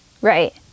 Right